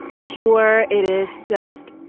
pure. it is just